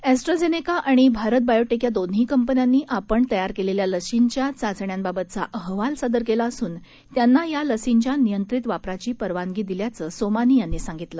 AstraZeneca आणि भारत बायोटेक या दोन्ही कंपन्यांनी आपण तयार केलेल्या लशींच्या चाचण्यांबाबतचा अहवाल सादर केला असून त्यांना या लसींच्या नियंत्रित वापराची परवानगी दिल्याचं सोमानी यांनी सांगितलं